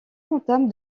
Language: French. entame